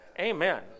amen